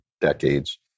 decades